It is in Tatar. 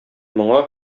моңа